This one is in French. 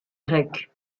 grec